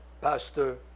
pastor